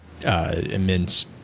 immense